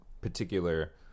particular